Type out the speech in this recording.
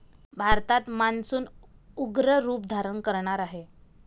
भारतात मान्सून उग्र रूप धारण करणार आहे